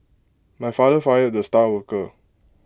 my father fired the star worker